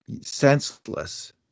senseless